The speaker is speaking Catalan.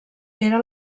era